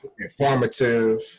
informative